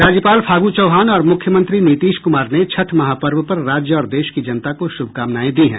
राज्यपाल फागू चौहान और मुख्यमंत्री नीतीश कुमार ने छठ महापर्व पर राज्य और देश की जनता को शुभकामनाएं दी है